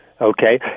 okay